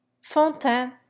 Fontaine